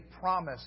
promise